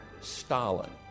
Stalin